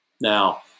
Now